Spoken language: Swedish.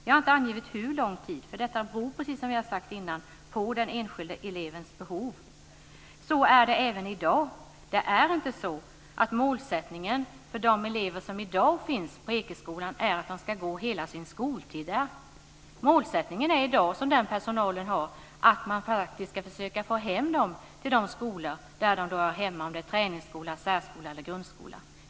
Vi har inte angivit hur lång tid för detta beror, precis som jag sagt, på den enskilde elevens behov. Så är det även i dag. Det är inte så att målsättningen för de elever som i dag finns på Ekeskolan är att de ska gå hela sin skoltid där. Målsättningen är i dag att man praktiskt ska försöka få hem dem till de skolor där de hör hemma, om det är en träningsskola, särskola eller grundskola.